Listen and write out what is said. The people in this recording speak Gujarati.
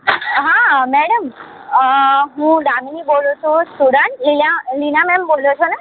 હા મેડમ અ હું દામિની બોલું છું સ્ટુડન્ટ ઇલા નીના મેમ બોલો છો ને